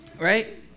Right